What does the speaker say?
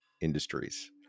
Industries